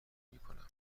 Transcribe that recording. میکنم